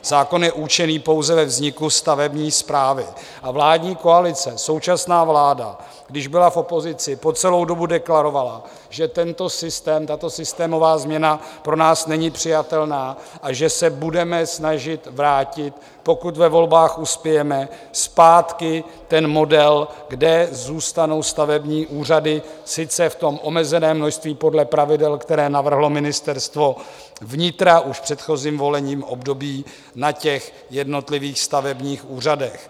Zákon je účinný pouze ve vzniku stavební správy a vládní koalice, současná vláda, když byla v opozici, po celou dobu deklarovala, že tento systém, tato systémová změna pro nás není přijatelná a že se budeme snažit vrátit, pokud ve volbách uspějeme, zpátky ten model, kde zůstanou stavební úřady sice v omezeném množství podle pravidel, která navrhlo Ministerstvo vnitra už v předchozím volebním období, na jednotlivých stavebních úřadech.